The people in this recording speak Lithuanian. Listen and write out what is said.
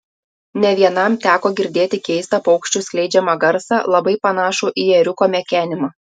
ne vienam teko girdėti keistą paukščių skleidžiamą garsą labai panašų į ėriuko mekenimą